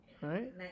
Right